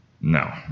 No